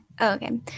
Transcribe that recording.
Okay